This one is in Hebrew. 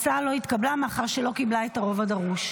התקבלה מאחר שלא קיבלה את הרוב הדרוש.